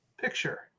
picture